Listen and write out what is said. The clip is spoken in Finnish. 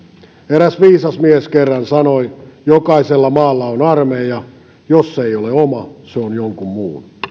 eräs viisas mies kerran sanoi jokaisella maalla on armeija jos se ei ole oma se on jonkun muun